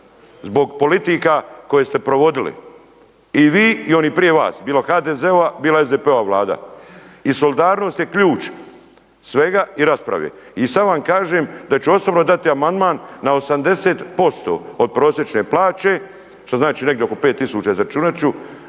zbog politika koje ste provodili i vi i oni prije vas, bilo HDZ-ova, bilo SDP-ova Vlada. I solidarnost je ključ svega i rasprave. I sad vam kažem da ću osobno dati amandman na 80% od prosječne plaće što znači negdje oko 5000, izračunat ću,